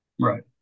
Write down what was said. Right